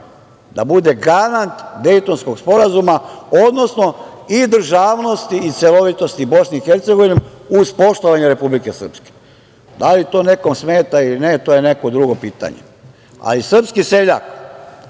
da bude garant Dejtonskog sporazuma, odnosno i državnosti i celovitosti Bosne i Hercegovine, uz poštovanje Republike Srpske. Da li to nekom smeta ili ne, to je neko drugo pitanje. Srpski seljak